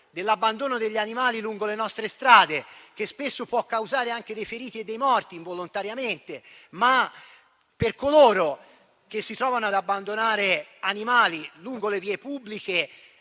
dell'abbandono degli animali lungo le nostre strade, che spesso può causare involontariamente anche morti e feriti. Per coloro che si trovano ad abbandonare animali lungo le vie pubbliche